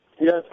Yes